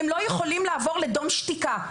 הם לא יכולים לעבור לדום שתיקה.